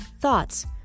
thoughts